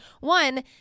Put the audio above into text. one